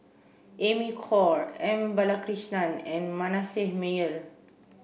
Amy Khor M Balakrishnan and Manasseh Meyer